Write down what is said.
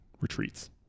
Retreats